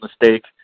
mistake